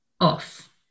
off